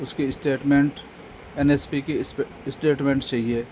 اس کی statement N S P کی statement چاہیے